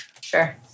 Sure